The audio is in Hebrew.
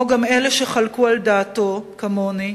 כמו גם אלה שחלקו על דעתו, כמוני,